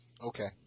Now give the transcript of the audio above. Okay